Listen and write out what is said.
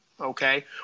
okay